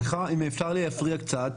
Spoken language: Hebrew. סליחה, אם אפשר להפריע קצת.